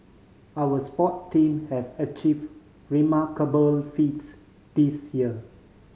our sport team have achieve remarkable feats this year